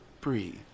breathe